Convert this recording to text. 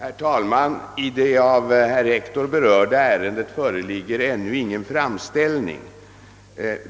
Herr talman! I det av herr Hector berörda ärendet föreligger ännu ingen framställning.